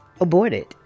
aborted